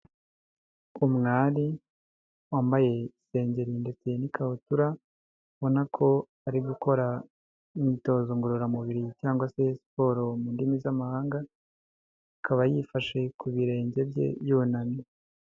Umwari wambaye isengeri ndetse n'ikabutura, ubona ko ari gukora imyitozo ngororamubiri cyangwa se siporo mu ndimi z'amahanga, akaba yifashe ku birenge bye yunamye.